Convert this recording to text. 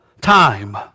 time